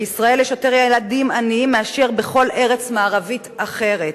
בישראל יש יותר ילדים עניים מאשר בכל ארץ מערבית אחרת.